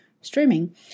streaming